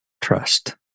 trust